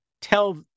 tell